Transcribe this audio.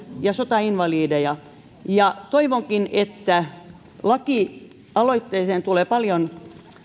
ja sotainvalideja ja toivonkin että lakialoitteeseen tulee paljon